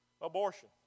abortion